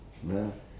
the